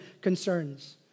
concerns